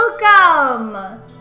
Welcome